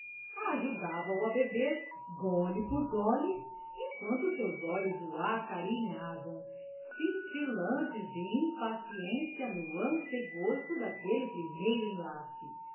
a xícara ajudava o a beber gole por gole enquanto seus olhos o acarinhavam cintilantes de impaciência no antegozo daquele primeiro enlace